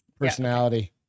personality